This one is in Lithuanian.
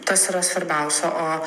tas yra svarbiausia o